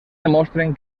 demostren